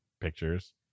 pictures